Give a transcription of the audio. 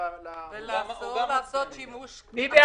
הוא צריך כעת להעביר לידיעת המעסיק שלו,